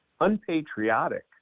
unpatriotic